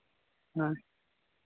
ᱦᱮᱸ